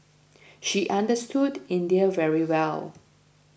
she understood India very well